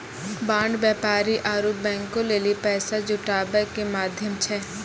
bond व्यापारी आरु बैंको लेली पैसा जुटाबै के माध्यम छै